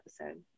episode